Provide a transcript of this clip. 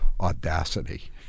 Audacity